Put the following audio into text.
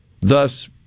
thus